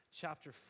chapter